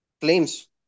claims